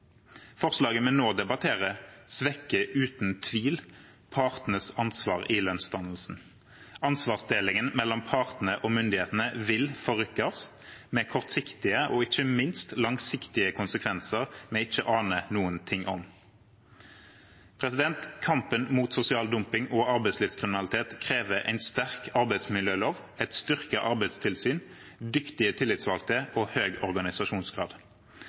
Forslaget vi nå debatterer, svekker uten tvil partenes ansvar i lønnsdannelsen. Ansvarsdelingen mellom partene og myndighetene vil forrykkes, med kortsiktige og ikke minst langsiktige konsekvenser vi ikke aner noen ting om. Kampen mot sosial dumping og arbeidslivskriminalitet krever en sterk arbeidsmiljølov, et styrket arbeidstilsyn, dyktige tillitsvalgte og høy organisasjonsgrad.